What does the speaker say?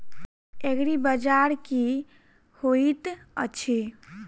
एग्रीबाजार की होइत अछि?